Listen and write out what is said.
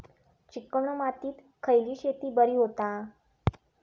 Chicken मातीत खयली शेती बरी होता?